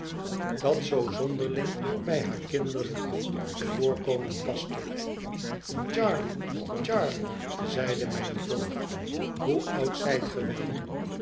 dat zoo zonderling bij haar kinderlijk voorkomen paste charley charley zeide mijn voogd hoe oud zijt